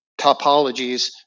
topologies